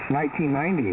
1990